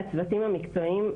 שהצוותים המקצועיים,